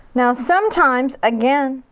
now sometimes, again,